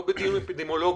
לא בדיון אפידמיולוגי.